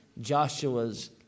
Joshua's